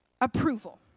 approval